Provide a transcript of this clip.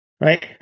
Right